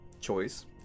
choice